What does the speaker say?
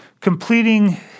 completing